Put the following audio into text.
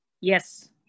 Yes